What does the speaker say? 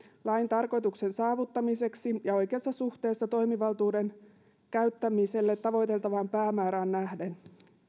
lain tarkoituksen saavuttamiseksi ja oikeassa suhteessa toimivaltuuden käyttämiselle tavoiteltavaan päämäärään nähden